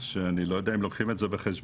שאני לא יודע אם לוקחים אותו בחשבון,